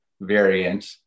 variant